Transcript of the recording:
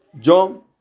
John